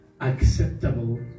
acceptable